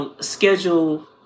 schedule